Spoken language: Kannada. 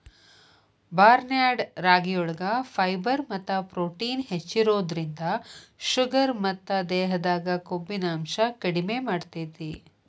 ಬಾರ್ನ್ಯಾರ್ಡ್ ರಾಗಿಯೊಳಗ ಫೈಬರ್ ಮತ್ತ ಪ್ರೊಟೇನ್ ಹೆಚ್ಚಿರೋದ್ರಿಂದ ಶುಗರ್ ಮತ್ತ ದೇಹದಾಗ ಕೊಬ್ಬಿನಾಂಶ ಕಡಿಮೆ ಮಾಡ್ತೆತಿ